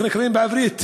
איך הם נקראים בעברית?